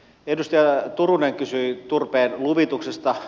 edustaja turunen kysyi turpeen luvituksesta